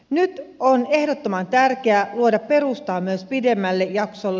nyt on ehdottoman tärkeää luoda perustaa myös pidemmälle jaksolle